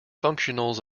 functionals